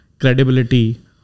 credibility